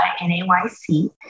NAYC